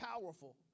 powerful